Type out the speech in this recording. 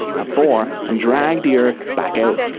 a boar, and dragged the earth back out.